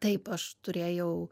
taip aš turėjau